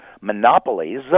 monopolies